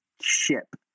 ship